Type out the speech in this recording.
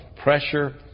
pressure